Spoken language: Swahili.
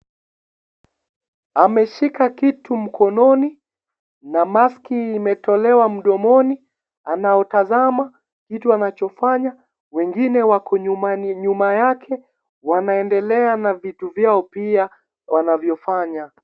Ameshika kitu mkononi na maski imetolewa mdomoni. Anautazama kitu anachofanya. Wengine wako nyuma yake wanaendelea na vitu vyao pia wanavyofanya.